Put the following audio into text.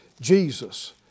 Jesus